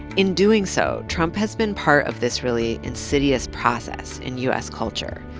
in doing so, trump has been part of this really insidious process in u s. culture.